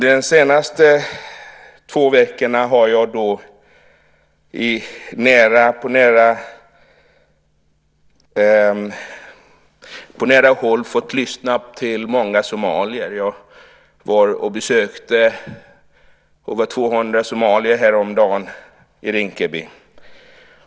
De senaste två veckorna har jag på nära håll fått lyssna till många somalier. Häromdagen besökte jag över 200 somalier i Rinkeby.